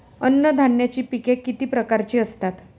अन्नधान्याची पिके किती प्रकारची असतात?